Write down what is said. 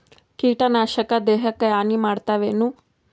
ಕೀಟನಾಶಕ ದೇಹಕ್ಕ ಹಾನಿ ಮಾಡತವೇನು?